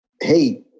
hey